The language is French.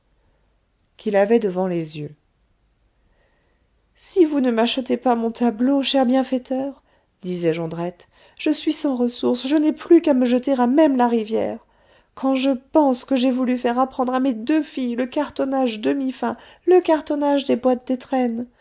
qu'il avait devant les yeux si vous ne m'achetez pas mon tableau cher bienfaiteur disait jondrette je suis sans ressource je n'ai plus qu'à me jeter à même la rivière quand je pense que j'ai voulu faire apprendre à mes deux filles le cartonnage demi fin le cartonnage des boîtes